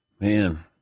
Man